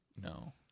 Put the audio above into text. No